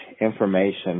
information